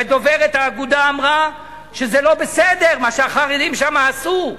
ודוברת האגודה אמרה שזה לא בסדר מה שהחרדים שם עשו.